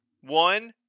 one